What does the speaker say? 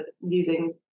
using